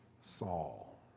Saul